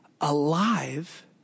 alive